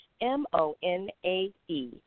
M-O-N-A-E